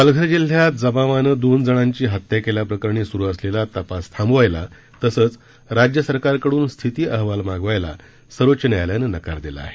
पालघर जिल्ह्यात जमावानं दोनजणांची हत्या केल्याप्रकरणी सुरु असलेला तपास थांबवायला तसंच राज्य सरकारकडून स्थिती अहवाल मागवायला सर्वोच्च न्यायालयानं नकार दिला आहे